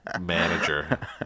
manager